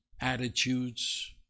attitudes